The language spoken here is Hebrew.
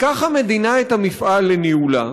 תיקח המדינה את המפעל לניהולה,